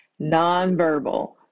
Nonverbal